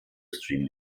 stream